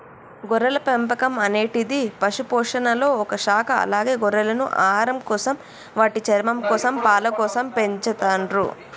గొర్రెల పెంపకం అనేటిది పశుపోషణలొ ఒక శాఖ అలాగే గొర్రెలను ఆహారంకోసం, వాటి చర్మంకోసం, పాలకోసం పెంచతుర్రు